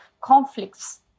conflicts